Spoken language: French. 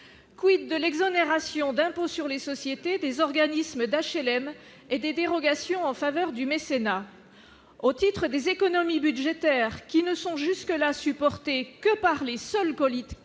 quid de l'exonération d'impôt sur les sociétés des organismes d'HLM et des dérogations en faveur du mécénat au titre des économies budgétaires qui ne sont jusque là supporter que par les seuls colite